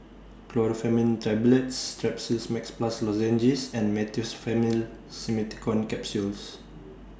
Chlorpheniramine Tablets Strepsils Max Plus Lozenges and Meteospasmyl Simeticone Capsules